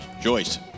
Joyce